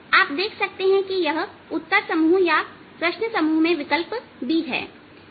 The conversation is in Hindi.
आप देख सकते हैं कि यह उत्तर समूह या प्रश्न समूह में विकल्प B है